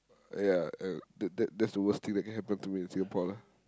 ya and that that that's the worst thing that can happen to me in Singapore lah